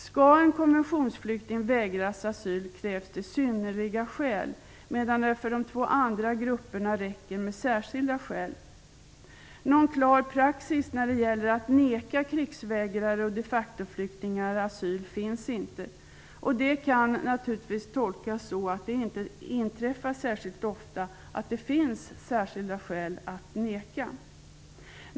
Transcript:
Skall en konventionsflykting vägras asyl krävs det synnerliga skäl, medan det för de två andra grupperna räcker med särskilda skäl. Någon klar praxis när det gäller att neka krigsvägrare och de facto-flyktingar asyl finns inte. Det kan naturligtvis tolkas så att det inte inträffar särskilt ofta att det finns särskilda skäl att neka.